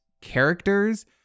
characters